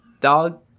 dog